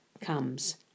comes